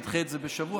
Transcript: תדחה את זה בשבוע,